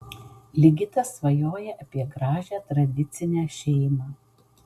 ligitas svajoja apie gražią tradicinę šeimą